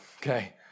Okay